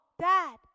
dad